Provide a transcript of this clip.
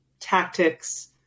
tactics